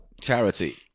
Charity